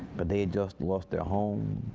but they just lost their home,